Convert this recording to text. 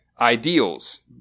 ideals